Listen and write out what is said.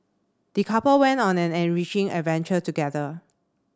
the couple went on an enriching adventure together